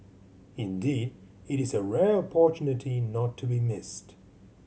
indeed it is a rare opportunity not to be missed